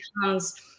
becomes